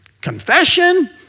confession